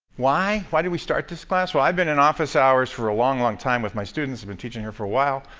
why? why did we start this class? i've been in office hours for a long, long time with my students. i've been teaching here for a while.